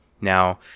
Now